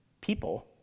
people